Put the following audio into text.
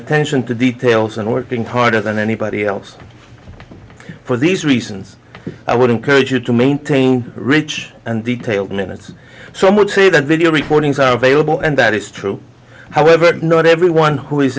attention to details and working harder than anybody else for these reasons i would encourage you to maintain rich and detailed minutes so much say that video recordings are available and that is true however not everyone who is